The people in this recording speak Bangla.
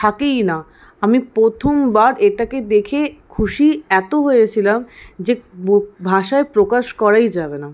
থাকেই না আমি প্রথমবার এটাকে দেখে খুশি এত হয়েছিলাম যে ভাষায় প্রকাশ করাই যাবে না